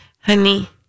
Honey